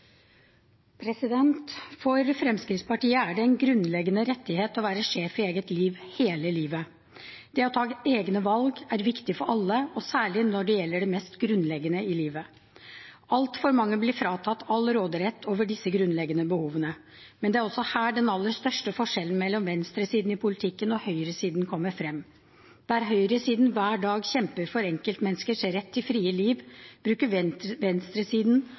helsetjenestene. For Fremskrittspartiet er det en grunnleggende rettighet å være sjef i eget liv – hele livet. Det å ta egne valg er viktig for alle, og særlig når det gjelder det mest grunnleggende i livet. Altfor mange blir fratatt all råderett over disse grunnleggende behovene, men det er også her den aller største forskjellen mellom venstresiden og høyresiden i politikken kommer frem. Der høyresiden hver dag kjemper for enkeltmenneskers rett til et fritt liv, bruker venstresiden